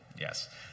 Yes